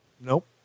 Nope